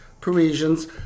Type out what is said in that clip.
Parisians